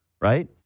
right